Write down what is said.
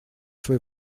свой